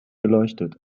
beleuchtet